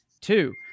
Two